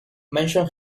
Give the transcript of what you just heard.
mention